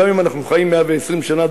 גם אם אנחנו חיים 120 שנה,